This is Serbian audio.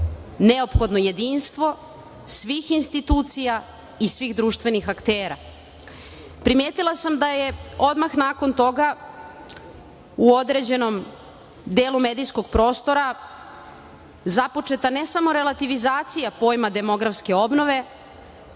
neophodno jedinstvo svih institucija i svih društvenih aktera. Primetila sam da je odmah nakon toga u određenom delu medijskog prostora započeta ne samo relativizacija pojma demografske obnove,